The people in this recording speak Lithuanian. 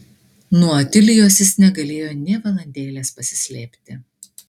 nuo otilijos jis negalėjo nė valandėlės pasislėpti